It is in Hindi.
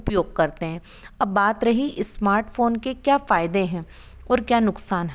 उपयोग करते हैं अब बात रही इस्मार्टफोन के क्या फायदे हैं और क्या नुकसान है